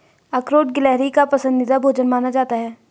अखरोट गिलहरी का पसंदीदा भोजन माना जाता है